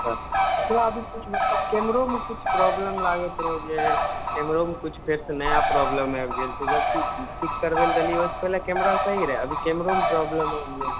अच्छा भैया अभी किछु मतलब कैमरोमे किछु प्रॉब्लम लागैत रहै जे कैमरोमे किछु फेरसँ नया प्रॉब्लम आबि गेल छै जबकि ठीक करबै लए देलियै ओहिसॅं पहिने कैमरा सही रहय अभी कैमरोमे प्रॉब्लम आबि गेल